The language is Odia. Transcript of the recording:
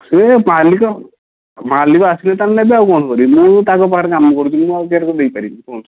ସେ ମାଲିକ ଆ ମାଲିକ ଆସିଲେ ତାହେଲେ ନେବେ ଆଉ କଣ କରିବେ ମୁଁ ତାଙ୍କ ପାଖରେ କାମ କରୁଛି ମୁଁ ଆଉ କେରକ ଦେଇପାରିବି କୁହନ୍ତୁ